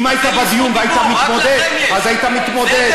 אם היית בדיון והיית מתמודד, אז היית מתמודד.